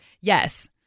Yes